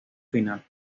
final